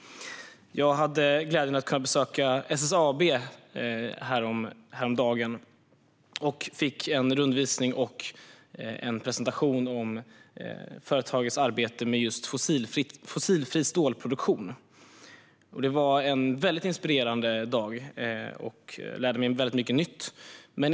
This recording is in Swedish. Jag hade glädjen att kunna besöka SSAB häromdagen. Jag fick en rundvisning och en presentation om företagets arbete med fossilfri stålproduktion. Det var en väldigt inspirerande dag, och jag lärde mig mycket nytt.